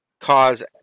cause